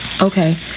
Okay